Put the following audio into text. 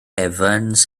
evans